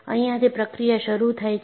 અહિયાથી પ્રક્રિયા શરૂ થાય છે